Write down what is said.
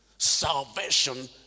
Salvation